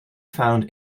found